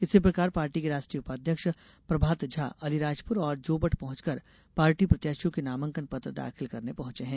इसी प्रकार पार्टी के राष्ट्रीय उपाध्यक्ष प्रभात झा अलीराजपुर और जोबट पहुंचकर पार्टी प्रत्याशियों के नामांकन पत्र दाखिल करने पहुंचे हैं